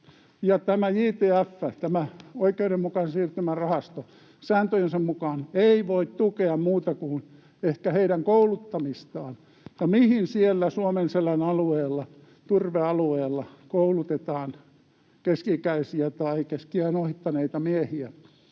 tämä JTF, oikeudenmukaisen siirtymän rahasto, sääntöjensä mukaan ei voi tukea muuta kuin ehkä heidän kouluttamistaan, mutta mihin siellä Suomenselän alueella, turvealueella, koulutetaan keski-ikäisiä tai keski-iän ohittaneita miehiä?